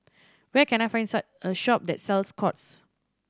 where can I find a shop that sells Scott's